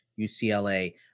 UCLA